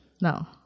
No